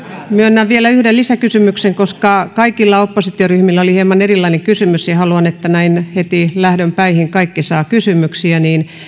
myönnän vielä yhden lisäkysymyksen koska kaikilla oppositioryhmillä oli hieman erilainen kysymys ja haluan että näin heti lähdön päihin kaikki saavat kysymyksiä